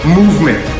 movement